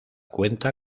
cuenta